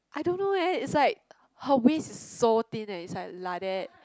I don't know eh it's like her waist is so thin leh it's like like that